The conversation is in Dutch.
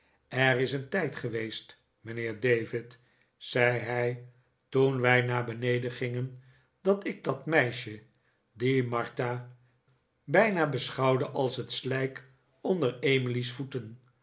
er is een tijd geweest mijnheer david zei hij toen wij naar beneden gingen dat ik dat meisje die martha bijna beschouwde als het slijk onder emily's voeten